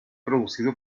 producido